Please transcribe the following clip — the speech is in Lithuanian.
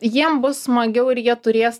jiem bus smagiau ir jie turės